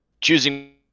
choosing